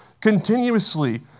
continuously